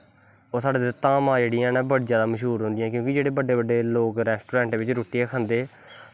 ओह् साढ़ै इद्धर धामां बड़ी जैदा मश्हूर होंदियां क्योंकि जेह्ड़े बड्डे बड्डे लोग रैस्टोसैंट बिच्च रुट्टियां खंदे